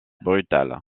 brutale